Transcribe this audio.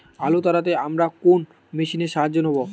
আলু তাড়তে আমরা কোন মেশিনের সাহায্য নেব?